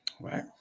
right